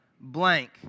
blank